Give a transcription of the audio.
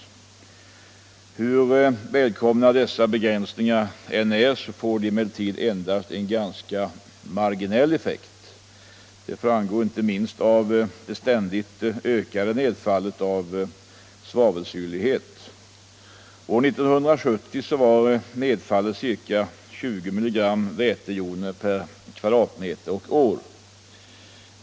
Men hur välkomna dessa begränsningar än är får de endast en ganska marginell effekt. Det framgår inte minst av det ständigt ökade nedfallet av svavelsyrlighet. År 1970 var nedfallet ca 20 mg vätejoner per m? och år.